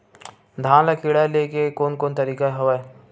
धान ल कीड़ा ले के कोन कोन तरीका हवय?